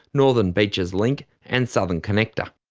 northern beaches link and southern connector.